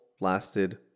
lasted